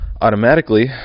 automatically